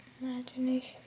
Imagination